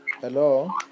Hello